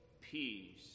peace